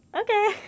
okay